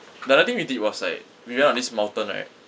another thing we did was like we went on this mountain right